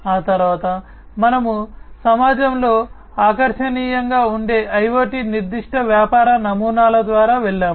ఆ తరువాత మనము సమాజంలో ఆకర్షణీయంగా ఉండే IoT నిర్దిష్ట వ్యాపార నమూనాల ద్వారా వెళ్ళాము